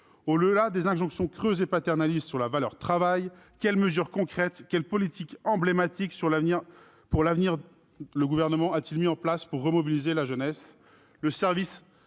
Au-delà des injonctions creuses et paternalistes sur la valeur travail, quelle mesure concrète, quelle politique emblématique pour l'avenir le Gouvernement a-t-il mise en place pour remobiliser la jeunesse ? Le service